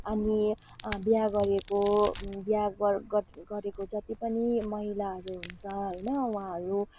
हामी बिहा गरेको बिहा गर गरेको जति पनि महिलाहरू हुन्छ होइन उहाँहरू